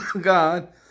God